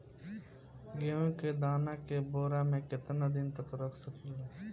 गेहूं के दाना के बोरा में केतना दिन तक रख सकिले?